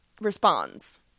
responds